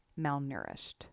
malnourished